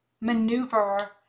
maneuver